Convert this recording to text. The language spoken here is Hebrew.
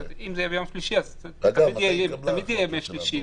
אם זה יהיה ביום שלישי, תמיד זה יהיה ביום שלישי.